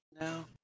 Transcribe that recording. now